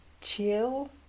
chill